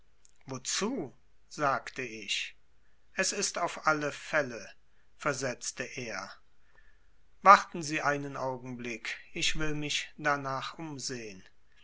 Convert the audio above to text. wozu sagte ich es ist auf alle fälle versetzte er warten sie einen augenblick ich will mich darnach umsehen